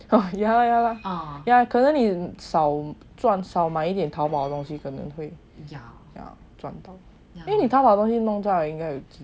oh yeah yeah yeah 可能你少赚少买一点淘宝东西可能会比较要赚到因为你淘宝东西弄到来应该有一千块